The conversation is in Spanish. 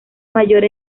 mayor